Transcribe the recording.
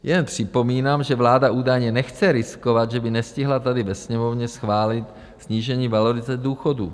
Jen připomínám, že vláda údajně nechce riskovat, že by nestihla tady ve Sněmovně schválit snížení valorizace důchodů.